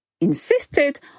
insisted